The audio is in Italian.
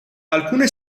alcune